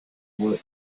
will